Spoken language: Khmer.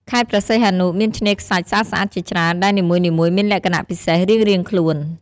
ខេត្តព្រះសីហនុមានឆ្នេរខ្សាច់ស្អាតៗជាច្រើន ដែលនីមួយៗមានលក្ខណៈពិសេសរៀងៗខ្លួន។